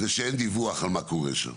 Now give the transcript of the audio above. שאין דיווח על מה קורה שם.